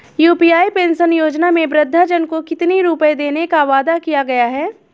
UP pension योजना में वृद्धजन को कितनी रूपये देने का वादा किया गया है?